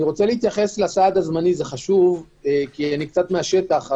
אני רוצה להתייחס לסעד הזמני, כי אני מהשטח.